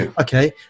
okay